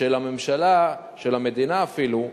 של הממשלה, של המדינה אפילו.